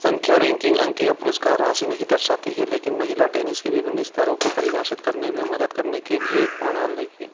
संख्या रैंकिंग अंक या पुरस्कार राशि नहीं दर्शाती है लेकिन महिला टेनिस के विभिन्न स्तरो को परिभाषित करने में मदद करने के लिए एक प्रणाली है